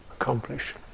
accomplish